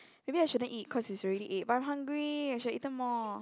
maybe I shouldn't eat cause it's already eight but I'm hungry I should have eaten more